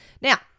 Now